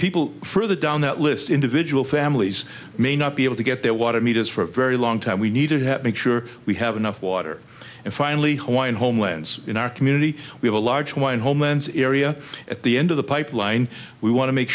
people further down that list individual families may not be able to get their water meters for a very long time we need to make sure we have enough water and finally why in homelands in our community we have a large wind homans area at the end of the pipeline we want to make